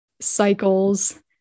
cycles